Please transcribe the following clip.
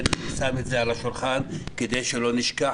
אני כן שם את זה על השולחן כדי שלא נשכח